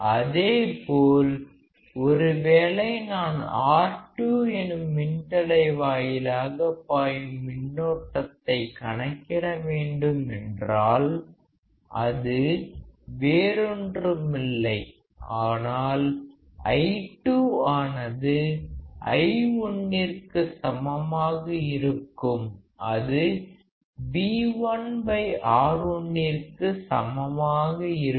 அதேபோல் ஒருவேளை நான் R2 எனும் மின்தடை வாயிலாக பாயும் மின்னோட்டத்தை கணக்கிட வேண்டும் என்றால் அது வேறொன்றுமில்லை ஆனால் I2 ஆனது I1 ற்கு சமமாக இருக்கும் அது V1R1 ற்கு சமமாக இருக்கும்